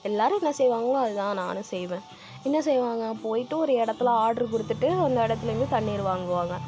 எல்லோரும் என்ன செய்வாங்களோ அது தான் நானும் செய்வேன் என்ன செய்வாங்க போய்ட்டு ஒரு இடத்துல ஆர்டர் கொடுத்துட்டு அந்த இடத்துல இருந்து தண்ணீர் வாங்குவாங்க